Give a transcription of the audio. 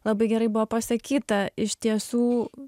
labai gerai buvo pasakyta iš tiesų